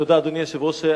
תודה, אדוני היושב-ראש.